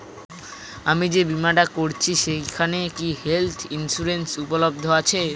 আমি যে বীমাটা করছি সেইখানে কি হেল্থ ইন্সুরেন্স উপলব্ধ আছে?